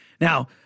Now